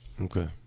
Okay